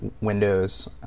Windows